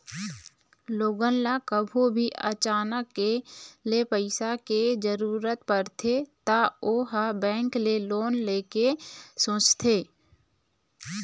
लोगन ल कभू भी अचानके ले पइसा के जरूरत परथे त ओ ह बेंक ले लोन ले के सोचथे